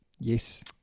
Yes